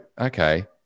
okay